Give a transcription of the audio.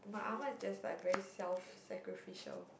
my ah ma is just like very self sacrificial